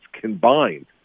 combined